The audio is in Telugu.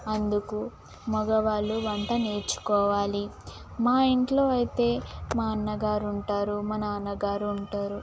అందుకు మగవాళ్ళు వంట నేర్చుకోవాలి మా ఇంట్లో అయితే మా అన్న గారు ఉంటారు మా నాన్నగారు ఉంటారు